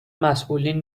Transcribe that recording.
مسئولین